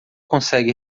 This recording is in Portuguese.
consegue